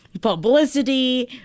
publicity